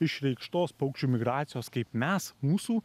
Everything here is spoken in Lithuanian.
išreikštos paukščių migracijos kaip mes mūsų